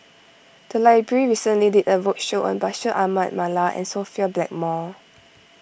the library recently did a roadshow on Bashir Ahmad Mallal and Sophia Blackmore